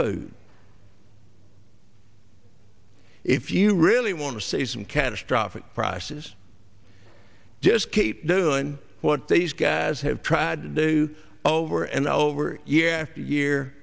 food if you really want to say some catastrophic prices just keep doing what they used guys have tried to do over and over year after year